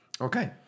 Okay